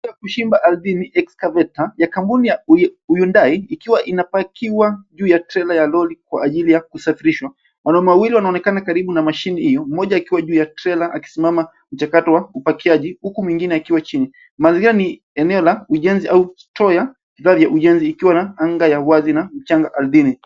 Ya kuchimba ardhi excavator ya kampuni ya Hyundai ikiwa inapakiwa juu ya trela ya lori kwa ajili ya kusafirishwa. Wanaume wawili wanaonekana karibu na mashini hiyo, mmoja akiwa juu ya trela akisimamia mchakato wa upakiaji huku mwingine akiwa chini. Mazingira ni eneo la ujenzi au store ya vifaa vya ujenzi ikiwa na anga ya wazi na mchanga ardhini.